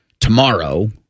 tomorrow